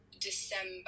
December